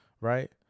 right